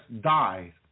died